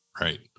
Right